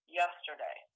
yesterday